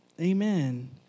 Amen